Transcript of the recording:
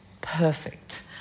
perfect